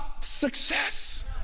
success